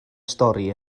stori